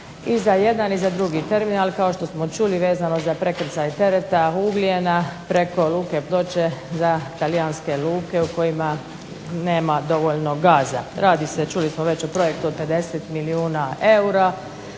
I za jedan i za drugi terminal, kao što smo čuli vezano za prekrcaj tereta, ugljena preko Luke Ploče za talijanske luke u kojima nema dovoljno gaza. Radi se, čuli smo već, o projektu od 50 milijuna eura.